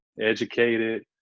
educated